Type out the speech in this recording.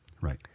right